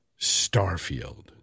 Starfield